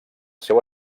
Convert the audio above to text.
seu